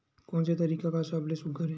कोन से तरीका का सबले सुघ्घर हे?